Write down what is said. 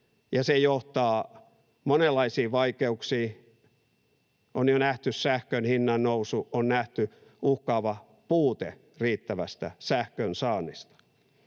se johtaa monenlaisiin vaikeuksiin. On jo nähty sähkön hinnannousu, on nähty uhkaava puute riittävästä sähkön saannista.